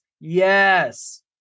Yes